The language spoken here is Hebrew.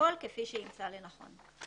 הכל כפי שימצא לנכון.